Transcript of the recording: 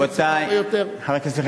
רבותי חברי הכנסת,